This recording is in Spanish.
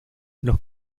los